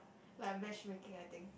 like matchmaking I think